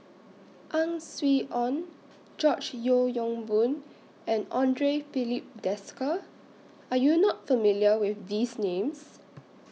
Ang Swee Aun George Yeo Yong Boon and Andre Filipe Desker Are YOU not familiar with These Names